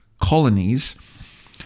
colonies